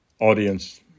audience